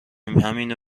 همینو